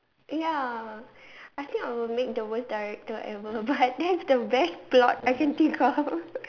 ya I think I will make the worst director ever but that's the best plot I can think of